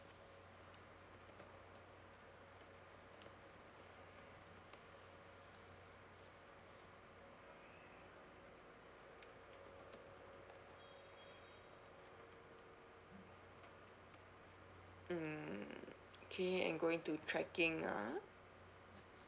mm K and going to trekking ah